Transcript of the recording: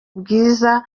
bwiza